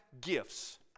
gifts